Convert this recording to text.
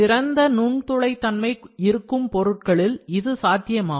திறந்த நுண்துளை தன்மை open porosity இருக்கும் பொருட்களில் இது சாத்தியமாகும்